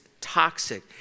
toxic